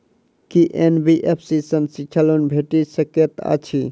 की NBFC सँ शिक्षा loan भेटि सकैत अछि?